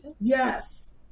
Yes